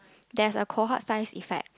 there's a cohort size effect